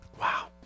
wow